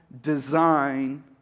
design